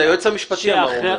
הוא אומר שאת זה היועץ המשפטי אמר.